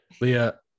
Leah